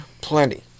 Plenty